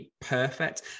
perfect